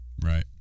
right